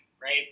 right